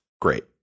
Great